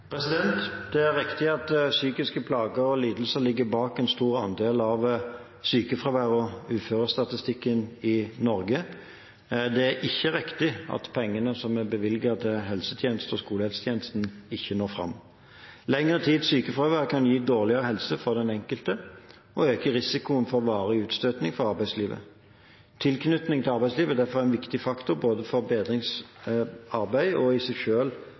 Det er riktig at psykiske plager og lidelser ligger bak en stor andel av sykefravær og uførestatistikken i Norge. Det er ikke riktig at pengene som er bevilget til helsestasjons- og skolehelsetjenesten, ikke når fram. Lengre tids sykefravær kan gi dårligere helse for den enkelte og øke risikoen for varig utstøting fra arbeidslivet. Tilknytningen til arbeidslivet er derfor både en viktig faktor for bedringsarbeid og i seg